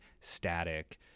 static